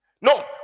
No